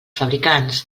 fabricants